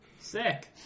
Sick